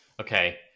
Okay